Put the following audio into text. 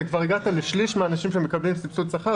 כבר הגעת לשליש מהאנשים שמקבלים סבסוד שכר,